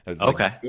Okay